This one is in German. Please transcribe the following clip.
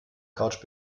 couch